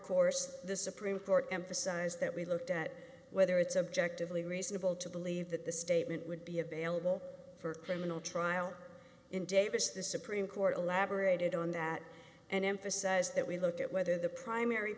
course the supreme court emphasized that we looked at whether it's objective lee reasonable to believe that the statement would be available for criminal trial in davis the supreme court elaborated on that and emphasize that we look at whether the primary